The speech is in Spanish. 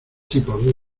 tipo